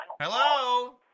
Hello